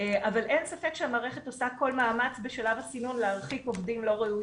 אבל אין ספק שהמערכת עושה כל מאמץ בשלב הסינון להרחיק עובדים לא ראויים.